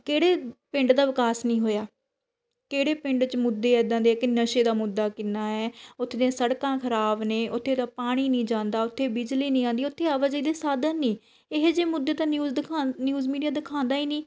ਕਿਹੜੇ ਪਿੰਡ ਦਾ ਵਿਕਾਸ ਨਹੀਂ ਹੋਇਆ ਕਿਹੜੇ ਪਿੰਡ 'ਚ ਮੁੱਦੇ ਇੱਦਾਂ ਦੇ ਕਿ ਨਸ਼ੇ ਦਾ ਮੁੱਦਾ ਕਿੰਨਾ ਹੈ ਉੱਥੇ ਦੀਆਂ ਸੜਕਾਂ ਖਰਾਬ ਨੇ ਉੱਥੇ ਦਾ ਪਾਣੀ ਨਹੀਂ ਜਾਂਦਾ ਉੱਥੇ ਬਿਜਲੀ ਨਹੀਂ ਆਉਂਦੀ ਉੱਥੇ ਆਵਾਜਾਈ ਦੇ ਸਾਧਨ ਨਹੀਂ ਇਹ ਜਿਹੇ ਮੁੱਦੇ ਤਾਂ ਨਿਊਜ਼ ਦਿਖਾ ਨਿਊਜ਼ ਮੀਡੀਆ ਦਿਖਾਉਂਦਾ ਹੀ ਨਹੀਂ